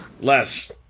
less